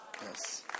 Yes